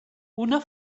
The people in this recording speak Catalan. una